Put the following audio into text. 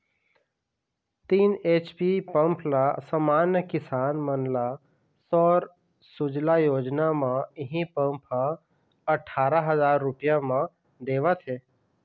तीन HP pump ल समान्य किसान मन ल सौर सूजला योजना म इहीं पंप ह अठारा हजार रूपिया म देवत हे